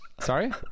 Sorry